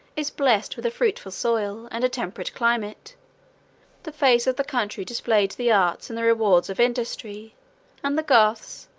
is blessed with a fruitful soil, and a temperate climate the face of the country displayed the arts and the rewards of industry and the goths,